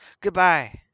Goodbye